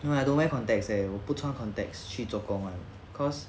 you know I don't wear contacts eh 我不穿 contacts 去做工 [one] cause